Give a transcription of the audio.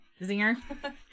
Zinger